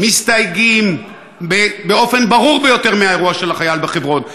מסתייגים באופן ברור ביותר מהאירוע של החייל בחברון.